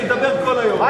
שידבר כל היום,